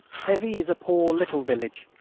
pevy is a poor little village,